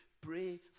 pray